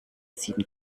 sieben